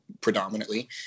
predominantly